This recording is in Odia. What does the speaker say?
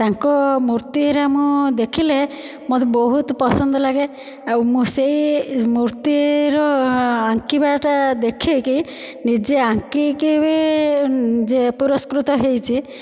ତାଙ୍କ ମୂର୍ତ୍ତିରେ ମୁଁ ଦେଖିଲେ ମୋର ବହୁତ ପସନ୍ଦ ଲାଗେ ଆଉ ମୁଁ ସେହି ମୂର୍ତ୍ତିର ଆଙ୍କିବାଟା ଦେଖିକି ନିଜେ ଆଙ୍କିକି ବି ଯେ ପୁରସ୍କୃତ ହୋଇଛି